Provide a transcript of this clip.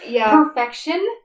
perfection